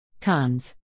Cons